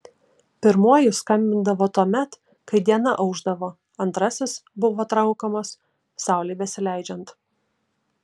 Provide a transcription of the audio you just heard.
pirmuoju skambindavo tuomet kai diena aušdavo antrasis buvo trankomas saulei besileidžiant